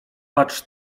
patrz